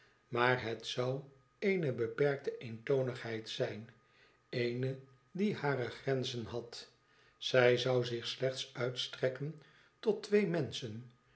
tmaar het zou eene beperkte eentonigheid zijn eene die hare grenzen had zij zou zich slechts uitstrekken tot twee menschen